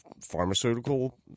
pharmaceutical